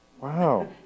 Wow